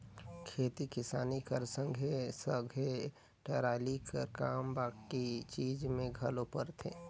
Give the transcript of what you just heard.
खेती किसानी कर संघे सघे टराली कर काम बाकी चीज मे घलो परथे